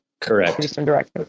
correct